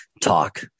talk